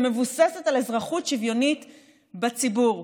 שמבוססת על אזרחות שוויונית בציבור.